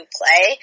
play